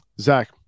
Zach